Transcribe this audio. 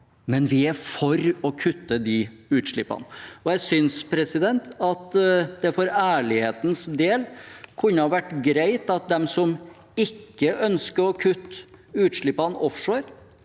Men vi er for å kutte de utslippene. Jeg synes det for ærlighetens del kunne vært greit at de som ikke ønsker å kutte utslippene offshore,